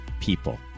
people